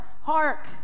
Hark